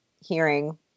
hearing